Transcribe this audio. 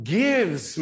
gives